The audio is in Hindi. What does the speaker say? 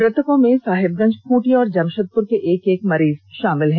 मृतकों में साहेबगंज खूंटी और जमषेदपुर के एक एक मरीज शामिल हैं